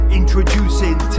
introducing